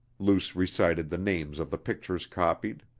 luce recited the names of the pictures copied.